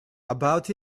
about